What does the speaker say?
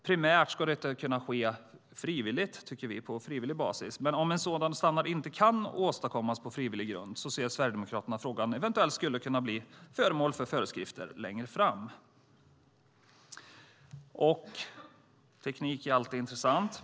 Vi anser att detta primärt ska kunna ske på frivillig basis. Men om en sådan standard inte kan åstadkommas på frivillig grund anser Sverigedemokraterna att frågan eventuellt skulle kunna bli föremål för föreskrifter längre fram. Teknik är alltid intressant.